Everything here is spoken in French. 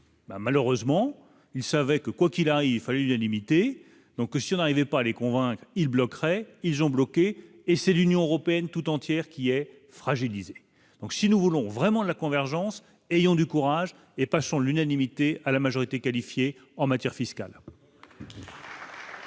malheureusement, il savait que, quoi qu'il arrive, il fallait les limiter, donc si on n'arrivait pas à les convaincre, il bloquerait ils ont bloqué et c'est l'Union européenne tout entière qui est fragilisé, donc si nous voulons vraiment la convergence ayons du courage et passion l'unanimité à la majorité qualifiée en matière fiscale.